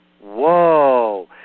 whoa